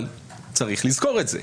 אבל צריך לזכור את זה.